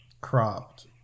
cropped